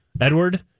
Edward